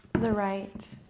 the right.